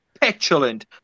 petulant